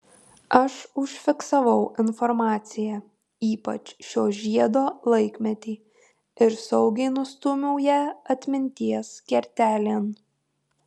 aš užfiksavau informaciją ypač šio žiedo laikmetį ir saugiai nustūmiau ją atminties kertelėn